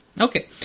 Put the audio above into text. Okay